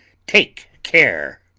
take care!